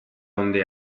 onde